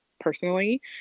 personally